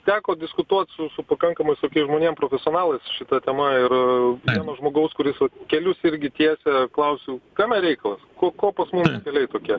teko diskutuot su su pakankamai su tokiais žmonėm profesionalais šita tema ir žmogaus kuris kelius irgi tiesa klausiu kame reikalas ko ko pas keliai tokie